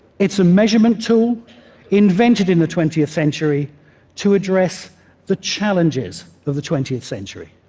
it's a measurement tool invented in the twentieth century to address the challenges of the twentieth century.